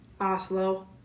Oslo